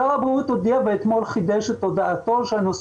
שר הבריאות הודיע ואתמול חידש את הודעתו שהנושא